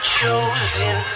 chosen